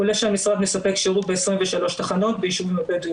עולה שהמשרד מספק שירות ב-23 תחנות בישובים הבדואים